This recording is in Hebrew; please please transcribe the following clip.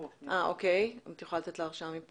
ואיפה עומדת הבדיקה שלהן?